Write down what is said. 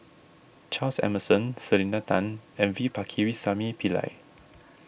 Charles Emmerson Selena Tan and V Pakirisamy Pillai